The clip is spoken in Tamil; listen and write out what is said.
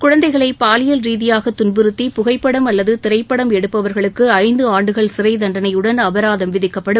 குழந்தைகளை பாலியல் ரீதியாக துன்புறுத்தி புகைப்படம் அல்லது திரைப்படம் எடுப்பவர்களுக்கு ஐந்து ஆண்டுகள் சிறை தண்டனையுடன் அபராதம் விதிக்கப்படும்